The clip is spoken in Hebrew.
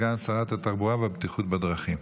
סגן שרת התחבורה והבטיחות בדרכים.